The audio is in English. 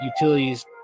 Utilities